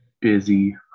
busy